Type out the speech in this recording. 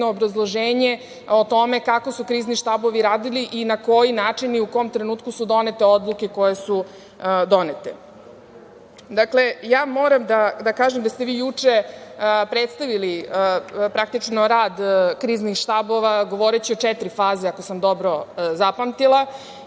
o tome kako su krizni štabovi radili i na koji način i u kom trenutku su donete odluke koje su donete. Dakle, moram da kažem da ste vi juče predstavili praktično rad kriznih štabova, govoreći o četiri faze, ako sam dobro zapamtila